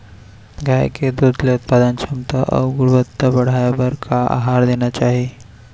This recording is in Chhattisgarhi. गाय के दूध के उत्पादन क्षमता अऊ गुणवत्ता बढ़ाये बर का आहार देना चाही?